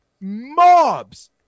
mobs